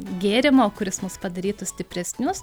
gėrimo kuris mus padarytų stipresnius